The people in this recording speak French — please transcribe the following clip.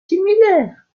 similaires